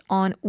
on